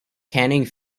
canning